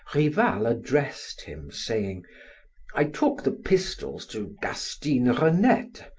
rival addressed him, saying i took the pistols to gastine renette.